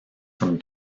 from